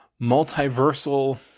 Multiversal